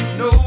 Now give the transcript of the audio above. no